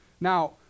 Now